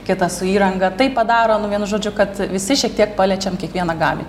kitas su įranga tai padaro nu vienu žodžiu kad visi šiek tiek paliečiam kiekvieną gamin